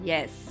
Yes